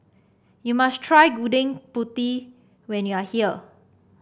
you must try Gudeg Putih when you are here